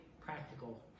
practical